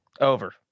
Over